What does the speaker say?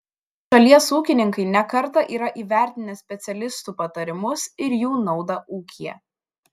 šalies ūkininkai ne kartą yra įvertinę specialistų patarimus ir jų naudą ūkyje